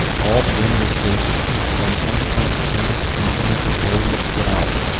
all perimeter stations send twenty-five per cent of your complement to area twelve.